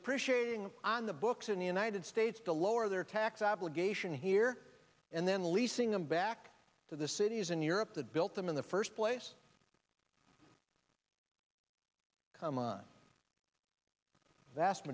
depreciating on the books in the united states to lower their tax obligation here and then leasing them back to the cities in europe that built them in the first place come